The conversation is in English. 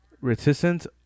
reticent